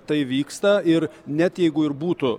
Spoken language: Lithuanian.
tai vyksta ir net jeigu ir būtų